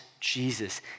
jesus